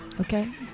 Okay